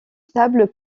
stable